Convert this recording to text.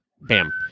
Bam